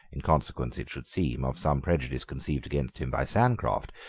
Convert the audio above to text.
in consequence, it should seem, of some prejudice conceived against him by sancroft,